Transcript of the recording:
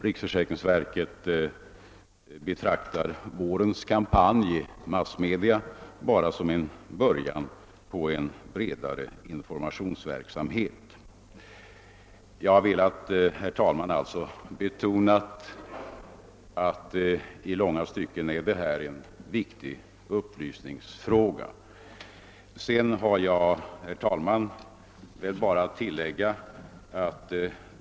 Riksförsäkringsverket betraktar vårens kampanj i massmedia bara som en början till en bredare informationsverksamhet. Jag har med detta velat betona att vi här har att göra med en viktig upplysningsfråga.